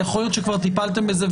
יכול להיות שכבר טיפלתם בזה.